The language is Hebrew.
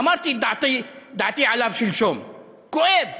אמרתי את דעתי עליו שלשום: כואב.